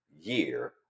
year